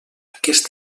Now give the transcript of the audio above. aquest